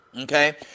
okay